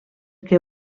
què